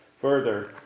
further